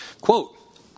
quote